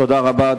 תודה רבה.